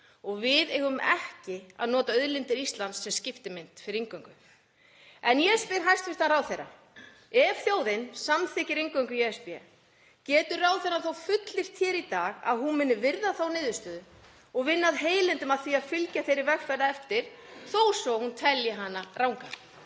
og við eigum ekki að nota auðlindir Íslands sem skiptimynt fyrir inngöngu. Ég spyr hæstv. ráðherra: Ef þjóðin samþykkir inngöngu í ESB getur ráðherrann þá fullyrt hér í dag að hún muni virða þá niðurstöðu og vinna af heilindum að því að fylgja þeirri vegferð eftir þó svo að hún telji hana ranga?